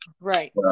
Right